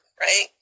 right